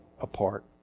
apart